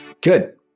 good